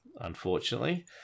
unfortunately